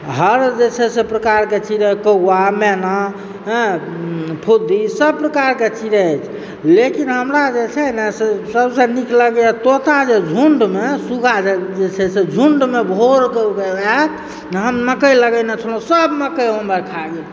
हर जे छै से प्रकारके चिड़ै कौवा मैना हँ फुद्दी सभ प्रकारकेँ चिड़ै अछि लेकिन हमरा जे छै ने से सभसँ नीक लगैए तोता जे झुण्डमे सुग्गा जे जे छै से झुण्डमे भोर कऽ आएत हम मकइ लगैने छलहुँ सभ मकइ हमर खा गेल